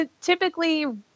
Typically